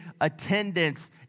attendance